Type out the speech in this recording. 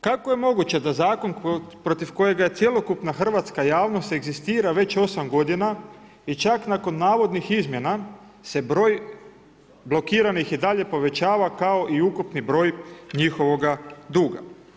Kako je moguće da zakon protiv kojega je cjelokupna hrvatska javnost egzistira već 8 godina i čak nakon navodnih izmjena se broj blokiranih i dalje povećava kao i ukupni broj njihovoga duga?